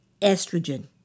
estrogen